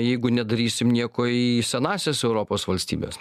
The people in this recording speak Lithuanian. jeigu nedarysim nieko į senąsias europos valstybes